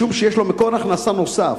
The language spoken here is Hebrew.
משום שיש לו מקור הכנסה נוסף: